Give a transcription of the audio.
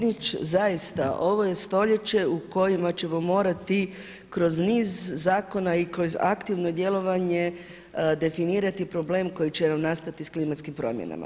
Kolega Batinić, zaista ovo je stoljeće u kojima ćemo morati kroz niz zakona i kroz aktivno djelovanje definirati problem koji će nam nastati s klimatskim promjenama.